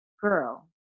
girl